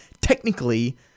technically